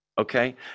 okay